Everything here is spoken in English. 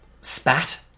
spat